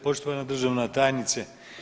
Poštovana državna tajnice.